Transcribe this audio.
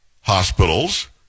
hospitals